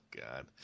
God